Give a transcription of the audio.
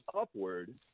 upward